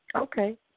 Okay